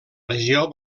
regió